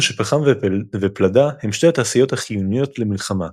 שפחם ופלדה הם שתי התעשיות החיוניות למלחמה,